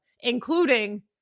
including –